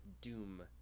Doom